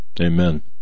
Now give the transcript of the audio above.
Amen